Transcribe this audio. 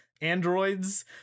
androids